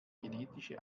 genetische